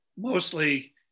mostly